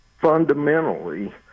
fundamentally